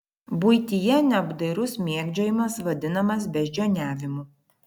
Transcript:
buityje neapdairus mėgdžiojimas vadinamas beždžioniavimu